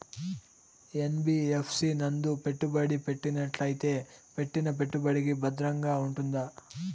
NBFC నందు పెట్టుబడి పెట్టినట్టయితే పెట్టిన పెట్టుబడికి భద్రంగా ఉంటుందా?